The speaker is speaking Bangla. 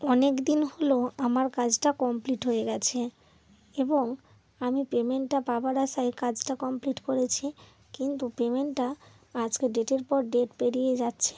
অনেক দিন হল আমার কাজটা কমপ্লিট হয়ে গিয়েছে এবং আমি পেমেন্টটা পাওয়ার আশায় কাজটা কমপ্লিট করেছি কিন্তু পেমেন্টটা আজকে ডেটের পর ডেট পেরিয়ে যাচ্ছে